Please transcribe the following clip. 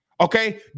Okay